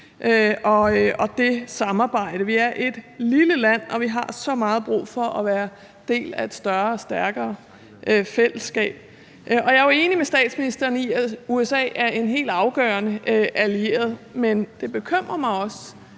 og det samarbejde. Vi er et lille land, og vi har så meget brug for at være en del af et større og stærkere fællesskab. Jeg er jo enig med statsministeren i, at USA er en helt afgørende allieret, men det bekymrer mig også,